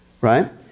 right